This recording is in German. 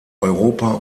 europa